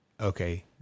okay